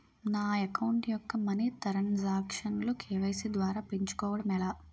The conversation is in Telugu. నా అకౌంట్ యెక్క మనీ తరణ్ సాంక్షన్ లు కే.వై.సీ ద్వారా పెంచుకోవడం ఎలా?